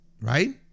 right